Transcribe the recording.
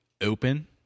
open